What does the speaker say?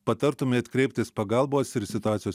patartumėte kreiptis pagalbos ir situacijos